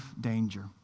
danger